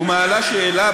והיא מעלה שאלה,